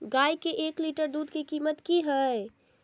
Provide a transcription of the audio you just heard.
गाय के एक लीटर दूध के कीमत की हय?